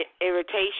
Irritation